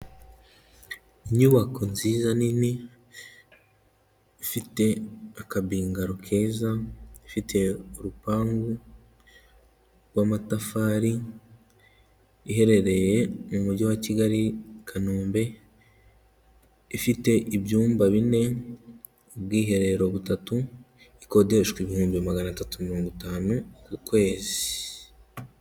Inyubako nziza nini ifite akabingaro keza, ifite urupangu rw'amatafari, iherereye mu mujyi wa Kigali Kanombe, ifite ibyumba bine, ubwiherero butatu, ikodeshwa ibihumbi magana atatu mirongo itanu ku kwezi.